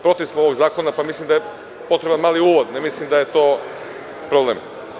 Protiv smo ovog zakona, pa mislim da je potreban mali uvod, ne mislim da je to problem.